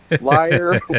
liar